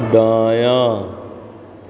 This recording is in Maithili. दायाँ